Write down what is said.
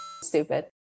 stupid